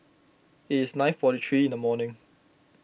it is nine forty three in the morning